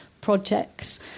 projects